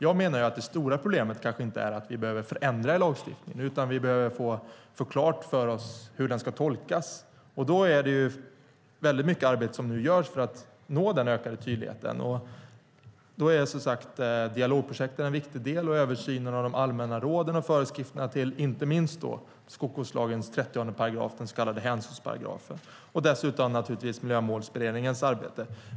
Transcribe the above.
Jag menar ju att det stora problemet kanske inte är att vi behöver förändra lagstiftningen, utan vi behöver få klart för oss hur den ska tolkas. Väldigt mycket arbete görs nu för att nå den ökade tydligheten, och då är som sagt dialogprojektet en viktig del liksom översynen av de allmänna råden och föreskrifterna till inte minst 30 § skogsvårdslagen, den så kallade hänsynsparagrafen. Dessutom har vi naturligtvis Miljömålsberedningens arbete.